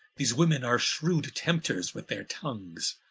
these women are shrewd tempters with their tongues